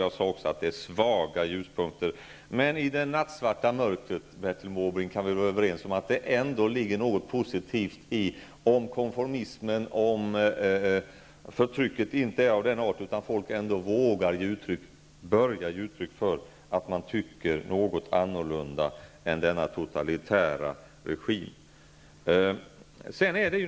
Jag sade också att det är fråga om ”svaga” ljuspunkter. Men vi kan väl, Bertil Måbrink, ändå vara överens om att det i det nattsvarta mörkret trots allt ligger någonting positivt i att konformismen och förtrycket nu är av den arten att folk ändå vågar och börjar ge uttryck för att man tycker något annat än den totalitära regimen.